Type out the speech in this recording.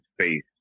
space